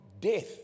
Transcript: death